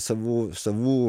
savų savų